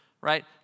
right